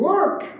Work